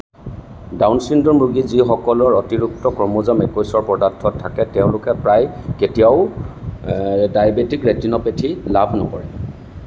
down syndrome ৰোগী যিসকলৰ অতিৰিক্ত ক্ৰম'জম একৈশৰ পদাৰ্থ থাকে তেওঁলোকে প্ৰায় কেতিয়াও ডায়েবেটিক ৰেটিনোপেথী লাভ নকৰে